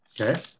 Okay